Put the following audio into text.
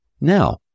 Now